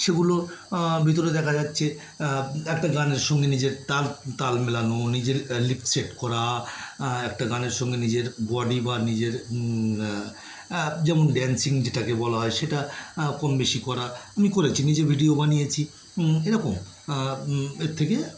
সেগুলোর ভিতরে দেখা যাচ্ছে একটা গানের সঙ্গে নিজের তাল তাল মেলানো নিজের লিপ সেট করা একটা গানের সঙ্গে নিজের বডি বা নিজের যেমন ড্যান্সিং যেটাকে বলা হয় সেটা কম বেশি করা আমি করেছি নিজে ভিডিও বানিয়েছি এ রকম এর থেকে